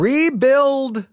Rebuild